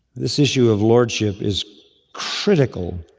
this issue of lordship is critical,